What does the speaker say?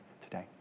today